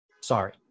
Sorry